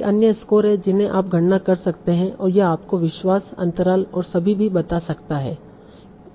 कई अन्य स्कोर हैं जिन्हें आप गणना कर सकते हैं और यह आपको विश्वास अंतराल और सभी भी बता सकता है